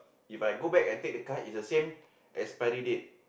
If I go back and take the card it's the same expiry date